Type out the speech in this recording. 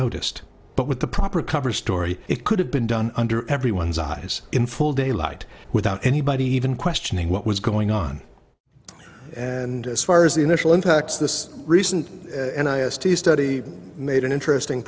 noticed but with the proper cover story it could have been done under everyone's eyes in full daylight without anybody even questioning what was going on and as far as the initial impacts this recent study made an interesting